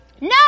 No